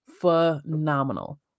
phenomenal